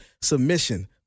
submission